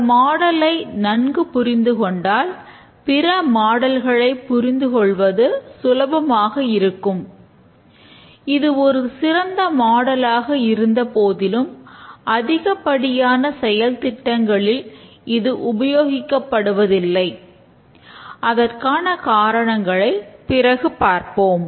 இந்த மாடல் இருந்த போதிலும் அதிகப்படியான செயல் திட்டங்களில் இது உபயோகப்படுத்தப் படுவதில்லை அதற்கான காரணங்களை பிறகு பார்ப்போம்